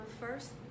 first